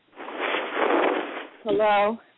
Hello